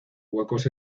huecos